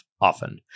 often